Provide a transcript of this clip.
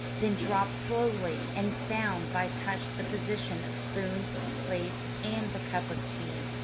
then dropped slowly and found by touch the position of spoons, plates, and the cup of tea.